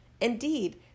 Indeed